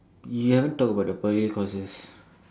you haven't talk about the Poly courses